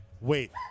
wait